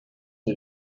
and